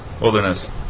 Wilderness